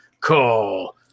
call